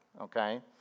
okay